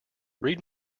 read